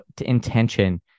intention